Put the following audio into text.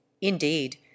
indeed